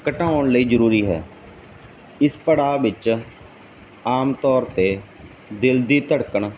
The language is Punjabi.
ਘਟਾਉਣ ਲਈ ਜ਼ਰੂਰੀ ਹੈ ਇਸ ਪੜਾਅ ਵਿੱਚ ਆਮ ਤੌਰ 'ਤੇ ਦਿਲ ਦੀ ਧੜਕਣ